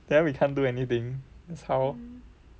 then we can't do anything that's how